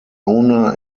owner